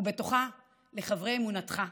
ובתוכה לחברי אמונת"ך,